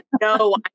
No